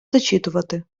зачитувати